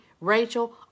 Rachel